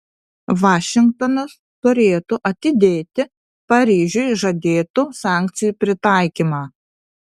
vašingtonas turėtų atidėti paryžiui žadėtų sankcijų pritaikymą